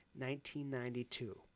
1992